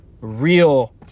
real